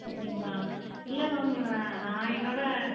அப்படிங்களா இல்லை மேம் நான் என்னோடய